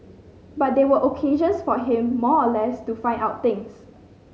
but they were occasions for him more or less to find out things